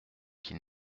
qu’il